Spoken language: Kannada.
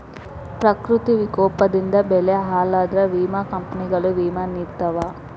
ಪ್ರಕೃತಿ ವಿಕೋಪದಿಂದ ಬೆಳೆ ಹಾಳಾದ್ರ ವಿಮಾ ಕಂಪ್ನಿಗಳು ವಿಮಾ ನಿಡತಾವ